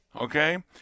Okay